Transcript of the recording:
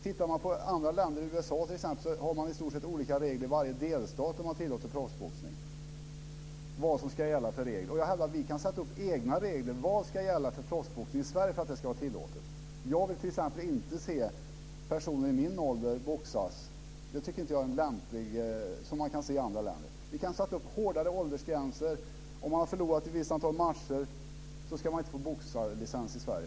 Tittar man på andra länder, USA t.ex., så ser man att man har i stort sett olika regler i varje delstat där man tillåter proffsboxning. Jag hävdar att vi kan sätta upp egna regler. Vad ska gälla för att proffsboxning i Sverige ska vara tillåtet? Jag vill t.ex. inte se personer i min ålder boxas, som man kan se i andra länder. Det tycker inte jag är lämpligt. Vi kan sätta upp hårdare åldersgränser. Om man har förlorat ett visst antal matcher så ska man inte få boxarlicens i Sverige osv.